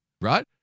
right